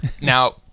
Now